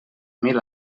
mil